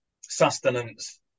sustenance